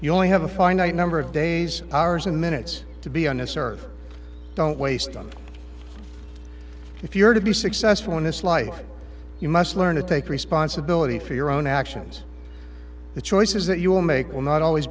you only have a finite number of days hours and minutes to be on this earth don't waste on if you're to be successful in this life you must learn to take responsibility for your own actions the choices that you will make will not always